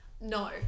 no